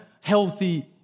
healthy